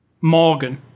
Morgan